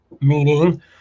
meaning